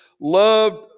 loved